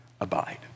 abide